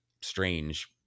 strange